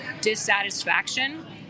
dissatisfaction